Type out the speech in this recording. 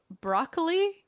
broccoli